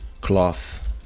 cloth